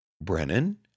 Brennan